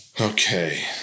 Okay